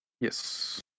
Yes